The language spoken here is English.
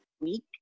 week